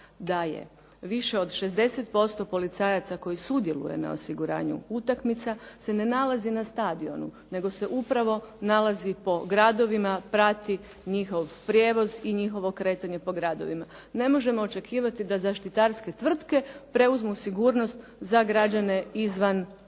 da je više od 60% policajaca koji sudjeluje na osiguranju utakmica se ne nalazi na stadionu, nego se upravo nalazi po gradovima, prati njihov prijevoz i njihovo kretanje po gradovima. Ne možemo očekivati da zaštitarske tvrtke preuzmu sigurnost za građane izvan stadiona.